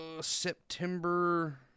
September